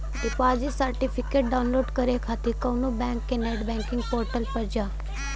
deposit certificate download करे खातिर कउनो बैंक के नेट बैंकिंग पोर्टल पर जा